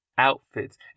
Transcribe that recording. Outfits